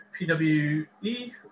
PWE